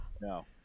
No